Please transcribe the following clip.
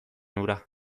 hura